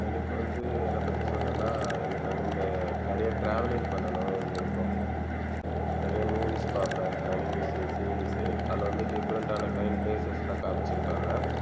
எனக்கு வந்து என்னைப் பற்றி சொல்லணும்னால் எனக்கு வந்து இந்த நிறைய ட்ராவலிங் பண்ணனுன்னு விருப்பம் நிறைய மூவிஸ் பார்ப்பேன் அனிமிஸ் சீரிஸ் அதில் வந்து டிஃப்ரென்ட்டான கைண்ட் ப்ளேசஸ்லாம் காமிச்சிருப்பாங்க